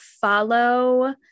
follow